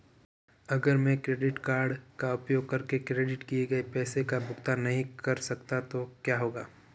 अगर मैं credit card का उपयोग करके क्रेडिट किए गए पैसे का भुगतान नहीं कर सकता तो क्या होगा?